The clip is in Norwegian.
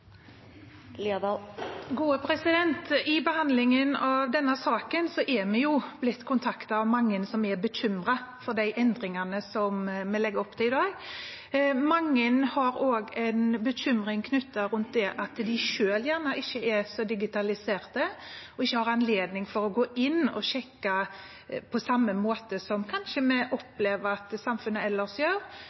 vi blitt kontaktet av mange som er bekymret for de endringene som vi legger opp til i dag. Mange har også en bekymring knyttet til at de selv gjerne ikke er så digitaliserte og ikke har anledning til å gå inn og sjekke på samme måte som en kanskje opplever at vi i samfunnet ellers gjør